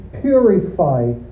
purify